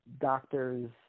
doctors